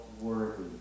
worthy